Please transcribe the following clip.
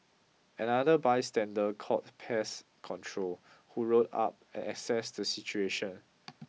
another bystander called pest control who rolled up and assessed the situation